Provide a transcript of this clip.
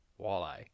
walleye